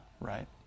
right